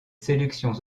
sélections